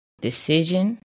decision